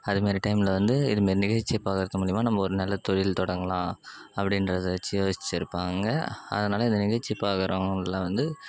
அது மாரி டைமில் வந்து இது மாரி நிகழ்ச்சியை பார்க்கறது மூலிமா நம்ம ஒரு நல்ல தொழில் தொடங்கலாம் அப்படின்றது வெச்சி யோசித்திருப்பாங்க அதனால் இந்த நிகழ்ச்சி பார்க்கறவங்கள்லாம் வந்து